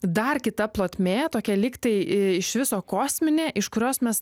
dar kita plotmė tokia lyg tai iš viso kosminė iš kurios mes